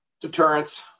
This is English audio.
Deterrence